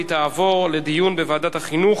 להצעה לסדר-היום ולהעביר את הנושא לוועדת החינוך,